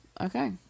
okay